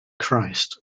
christ